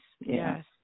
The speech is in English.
yes